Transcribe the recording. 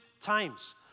times